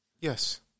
Yes